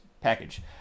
package